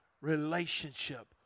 relationship